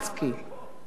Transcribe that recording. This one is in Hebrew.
אחת החנויות,